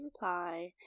reply